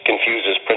confuses